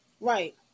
Right